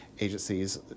Agencies